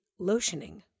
lotioning